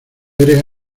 eres